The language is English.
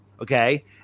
Okay